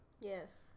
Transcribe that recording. Yes